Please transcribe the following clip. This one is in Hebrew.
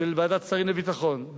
של ועדת שרים לביטחון.